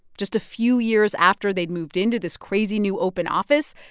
just a few years after they'd moved into this crazy, new, open office,